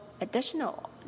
additional